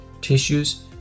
tissues